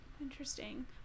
interesting